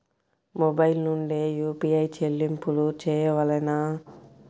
Mobile నుండే UPI చెల్లింపులు చేయవలెనా?